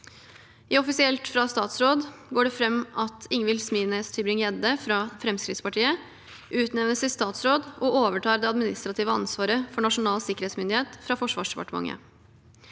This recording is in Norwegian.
I «Offisielt fra statsråd» går det fram at Ingvil Smines TybringGjedde fra Fremskrittspartiet utnevnes til statsråd og overtar det administrative ansvaret for Nasjonal sikkerhetsmyndighet fra Forsvarsdepartementet.